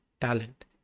talent